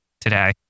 today